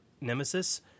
nemesis